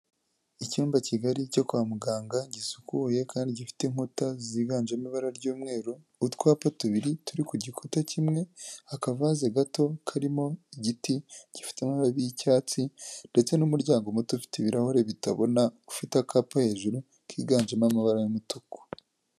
Icyumba kigari cyo kwa muganga gisukuye kandi gifite inkuta ziganjemo ibara ry'umweru, utwapa tubiri turi ku gikuta kimwe, akavaze gato karimo igiti gifite amababi y'icyatsi, ndetse n'umuryango muto ufite ibirahure bitabona ufite akapa hejuru kiganjemo amabara y'umutuku.